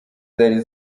zari